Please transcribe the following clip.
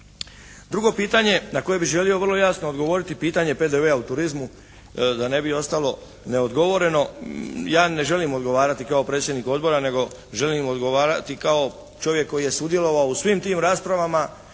Drugo pitanje na koje bih želio vrlo jasno odgovoriti, pitanje PDV-a u turizmu, da ne bi ostalo neodgovoreno. Ja ne želim odgovarati kao predsjednik odbora nego želim odgovarati kao čovjek koji je sudjelovao u svim tim raspravama